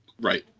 Right